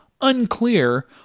Unclear